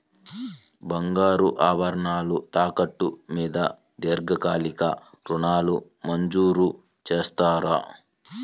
బంగారు ఆభరణాలు తాకట్టు మీద దీర్ఘకాలిక ఋణాలు మంజూరు చేస్తారా?